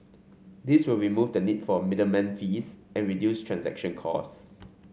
this will remove the need for middleman fees and reduce transaction cost